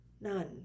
none